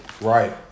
Right